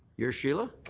you're sheila?